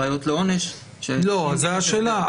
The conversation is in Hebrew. ראיות לעונש --- זו השאלה.